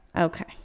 Okay